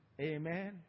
Amen